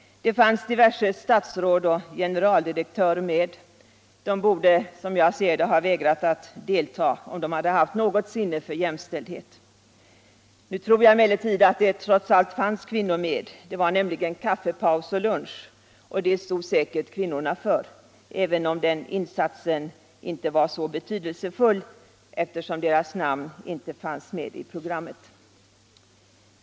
Det fanns diverse statsråd och generaldirektörer med —- de borde som jag ser det ha vägrat att dela, om de hade haft något sinne för jämställdhet. Nu tror jag emellertid att det trots allt fanns kvinnor med. Det var nämligen kaffepaus och lunch - och det stod säkert kvinnorna för, även om den insatsen tydligen inte var så betydelsefull eftersom deras namn inte fanns med i programmet.